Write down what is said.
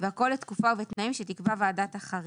והכול לתקופה ובתנאים שתקבע ועדת החריגים,